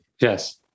Yes